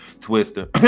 Twister